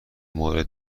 مورد